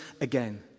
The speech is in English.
again